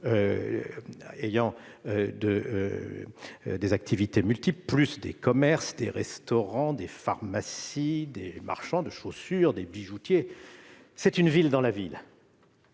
ayant des activités multiples, avec des commerces, des restaurants, des pharmacies, des marchands de chaussures ou des bijoutiers : bref, c'est une ville dans la ville